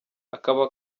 akaba